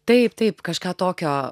taip taip kažką tokio